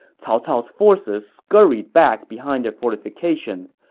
cao cao's forces scurried back behind their fortifications,